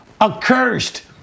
accursed